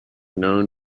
known